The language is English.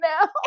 now